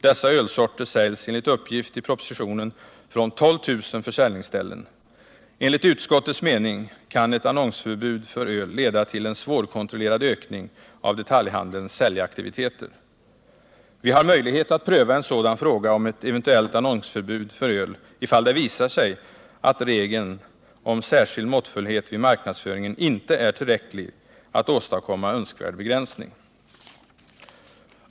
Dessa ölsorter säljs enligt uppgift i propositionen från 12000 försäljningsställen. Enligt utskottets mening kan ett annonsförbud för öl leda till en svårkontrollerad ökning av detaljhandelns säljaktiviteter. Vi har möjlighet att pröva en sådan fråga om ett eventuellt annonsförbud för öl, ifall det visar sig att regeln om särskild måttfullhet vid marknadsföringen inte är tillräcklig för att åstadkomma önskvärd begränsning.